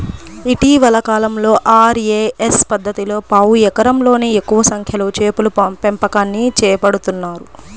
ఇటీవలి కాలంలో ఆర్.ఏ.ఎస్ పద్ధతిలో పావు ఎకరంలోనే ఎక్కువ సంఖ్యలో చేపల పెంపకాన్ని చేపడుతున్నారు